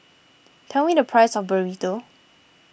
tell me the price of Burrito